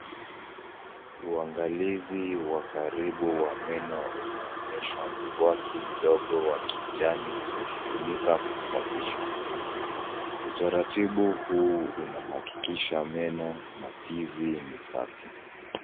Uangalizi wa karibu wa meno unaonyesha mswaki kidogo wa kijani ukitumika kusafisha. Utaratibu huu unahakikisha meno na fizi ni safi.